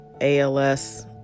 ALS